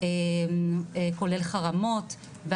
כולל חרמות,